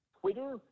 Twitter